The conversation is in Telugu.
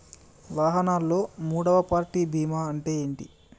వాహనాల్లో మూడవ పార్టీ బీమా అంటే ఏంటి?